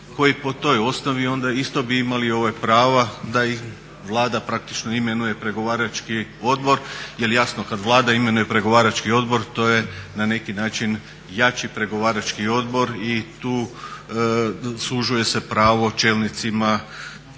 koji po toj osnovi onda isto bi imali prava da ih Vlada praktično imenuje pregovarački odbor. Jer jasno kad Vlada imenuje pregovarački odbor to je na neki način jači pregovarački odbor i tu sužuje se pravo čelnicima